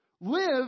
live